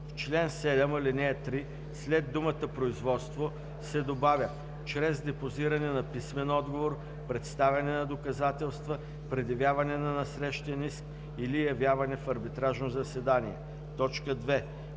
В чл. 7, ал. 3 след думата „производство“ се добавя „чрез депозиране на писмен отговор, представяне на доказателства, предявяване на насрещен иск или явяване в арбитражно заседание“. 2.